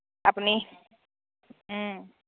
আপুনি